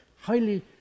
highly